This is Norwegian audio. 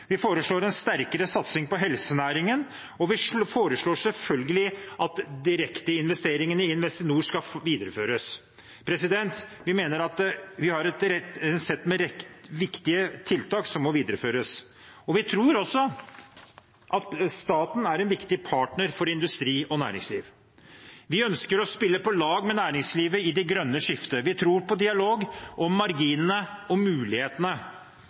vi foreslår en sterkere satsing på helsenæringen, og vi foreslår selvfølgelig at direkteinvesteringene til Investinor videreføres. Vi mener at vi har et sett med viktige tiltak som må videreføres, og vi tror også at staten er en viktig partner for industri og næringsliv. Vi ønsker å spille på lag med næringslivet i det grønne skiftet. Vi tror på dialog om marginene og mulighetene